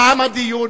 תם הדיון.